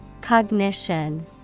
Cognition